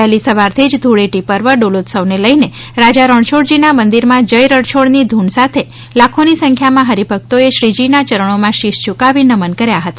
વહેલી સવારથી જ ધુળેટી પર્વ ડોલોત્સવ ને લઇને રાજા રણછોડજી ના મંદિરમાં જય રણછોડ ની ધૂન સાથે લાખોની સંખ્યામાં હરિભક્તોએ શ્રીજીના ચરણોમાં શિશ ઝૂકાવી નમન કર્યા હતા